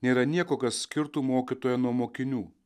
nėra nieko kas skirtų mokytoją nuo mokinių